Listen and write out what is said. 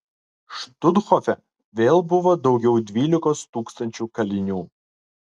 štuthofe vėl buvo daugiau dvylikos tūkstančių kalinių